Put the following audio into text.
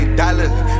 dollars